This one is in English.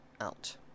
out